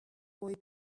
boy